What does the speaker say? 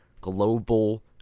global